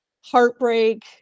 Heartbreak